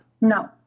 No